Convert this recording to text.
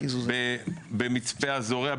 במצפה הזורע,